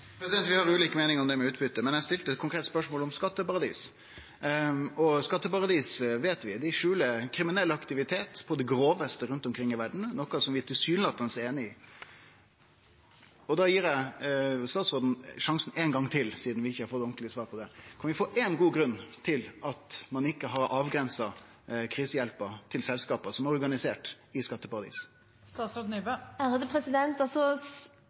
Vi har ulike meiningar om utbyte, men eg stilte eit konkret spørsmål om skatteparadis. Vi veit at skatteparadis skjuler kriminell aktivitet på det grovaste rundt omkring i verda, noko vi tilsynelatande er einige om. Eg gir statsråden sjansen ein gong til, sidan vi ikkje har fått ordentleg svar på det: Kan vi få éin god grunn til at ein ikkje har avgrensa krisehjelpa for selskap som er organiserte i skatteparadis? Svaret er fortsatt det